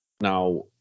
Now